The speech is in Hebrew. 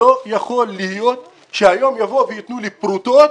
לא יכול להיות שהיום יבואו וייתנו לי פרוטות